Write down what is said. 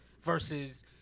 versus